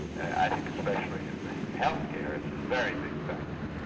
i think especially in healthcare, it's a very big factor,